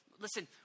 listen